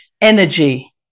energy